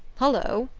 hullo!